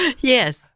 Yes